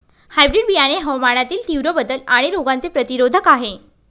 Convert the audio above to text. hybrid बियाणे हवामानातील तीव्र बदल आणि रोगांचे प्रतिरोधक आहे